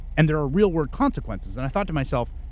and there are real world consequences. and i thought to myself,